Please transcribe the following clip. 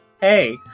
hey